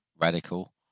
radical